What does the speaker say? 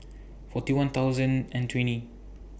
forty one thousand and twenty